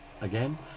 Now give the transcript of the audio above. again